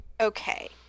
Okay